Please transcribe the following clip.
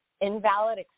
invalid